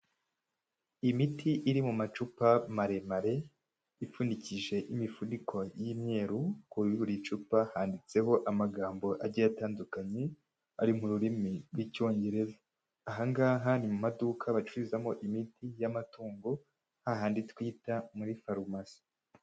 Imiti iri mu macupa maremare, ipfundikije imifuniko y'imyeru, ku buri icupa handitseho amagambo agiye atandukanye ari mu rurimi rw'Icyongereza. Aha ngaha ni mu maduka bacururizamo imiti y'amatungo, ha handi twita muri farumasi.